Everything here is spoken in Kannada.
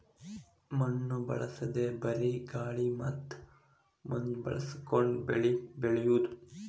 ಮಣ್ಣು ಬಳಸದೇ ಬರೇ ಗಾಳಿ ಮತ್ತ ಮಂಜ ಬಳಸಕೊಂಡ ಬೆಳಿ ಬೆಳಿಯುದು